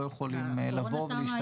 יכולים לבוא ולהשתמש --- הקורונה תמה,